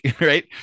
right